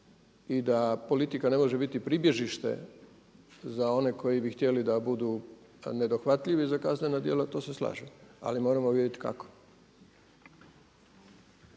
i da politika ne može biti pribježište za one koji bi htjeli da budu nedohvatljivi za kaznena djela to se slažem. Ali moramo vidjeti kako.